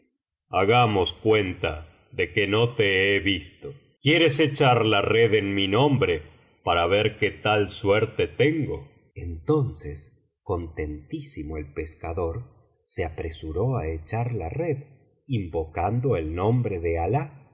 hagamos cuenta de que no te he visto quieres echar la red en mi nombre para ver qué tal suerte tengp entonces contentísimo el pescador se apresuró á echar la red invocando el nombre de alah